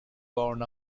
worn